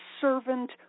servant